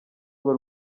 urwo